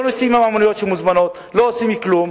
לא נוסעים במוניות שמוזמנות ולא עושים כלום.